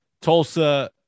Tulsa